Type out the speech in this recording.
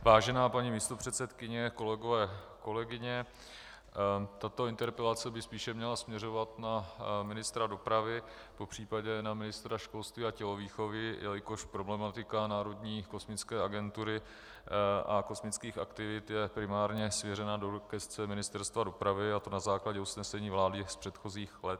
Vážená paní místopředsedkyně, kolegové, kolegyně, tato interpelace by spíše měla směřovat na ministra dopravy, popřípadě na ministra školství a tělovýchovy, jelikož problematika národní kosmické agentury a kosmických aktivit je primárně svěřena do gesce Ministerstva dopravy, a to na základě usnesení vlády z předchozích let.